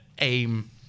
aim